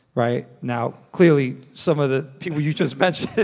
right. now, clearly, some of the people you just mentioned